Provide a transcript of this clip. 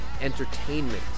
entertainment